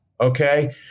Okay